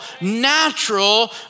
natural